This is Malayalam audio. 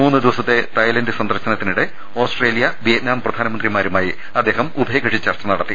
മൂന്ന് ദിവസത്തെ തായ്ലന്റ് സന്ദർശനത്തിനിടെ ഓസ്ട്രേലിയ വിയറ്റ്നാം പ്രധാനമ ന്ത്രിമാരുമായി അദ്ദേഹം ഉഭയകക്ഷി ചർച്ച നടത്തി